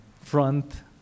front